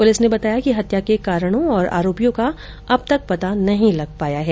police ने बताया कि हत्या के कारण और आरोपियों का अब तक पता नहीं लग पाया है